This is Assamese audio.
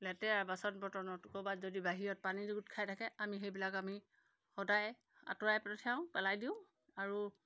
লেতেৰা বাচন বৰ্তনত ক'ৰবাত যদি বাহিৰত পানী যুগুত খাই থাকে আমি সেইবিলাক আমি সদায় আঁতৰাই পঠিয়াওঁ পেলাই দিওঁ আৰু